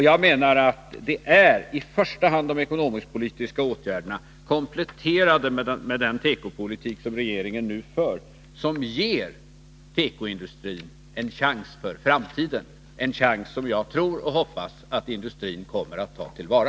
Jag menar att det i första hand är de ekonomisk-politiska åtgärderna kompletterade med den tekopolitik som regeringen nu för som ger tekoindustrin en chans för framtiden, en chans som jag tror och hoppas att industrin kommer att ta till vara.